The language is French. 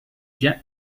bien